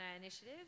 initiative